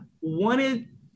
wanted